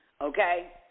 Okay